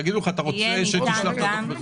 יגידו לך: אתה רוצה שנשלח לך באמצעים טכנולוגיים?